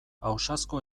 ausazko